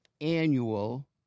annual